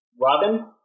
Robin